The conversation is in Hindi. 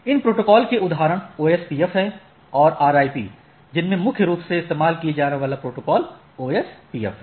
इन प्रोटोकॉल के उदाहरण OSPF हैं और RIP जिनमे मुख्य रूप से इस्तेमाल किया जाने वाला प्रोटोकॉल OSPF है